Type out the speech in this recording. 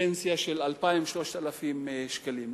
פנסיה של 2,000 3,000 שקלים,